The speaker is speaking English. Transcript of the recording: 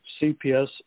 CPS